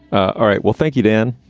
all right well, thank you, dan.